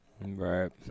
Right